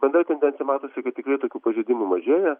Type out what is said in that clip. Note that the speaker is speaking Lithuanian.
bendrai tendencija matosi kad tikrai tokių pažeidimų mažėja